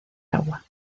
agua